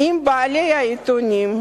אם בעלי עיתונים,